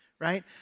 right